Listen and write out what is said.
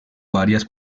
varias